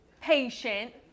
patient